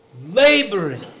laboring